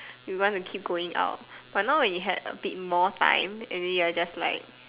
we want to keep going out but now when you had a bit more time and you're just like